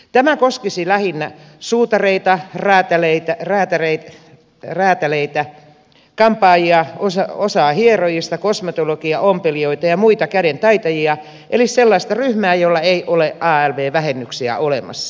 tämä koskisi lähinnä suutareita räätäleitä kampaajia osaa hierojista kosmetologeja ompelijoita ja muita kädentaitajia eli sellaista ryhmää jolla ei ole alv vähennyksiä olemassa